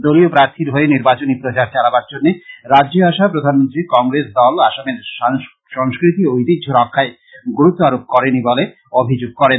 দলীয় প্রার্থীর হয়ে নির্বাচনী প্রচার চালাবার জন্য রাজ্যে আসা প্রধানমন্ত্রী কংগ্রেস দল আসামের সংস্কৃতি ও ঐতিহ্য রক্ষায় গুরুত্ব আরোপ করে নি বলে অভিযোগ করেন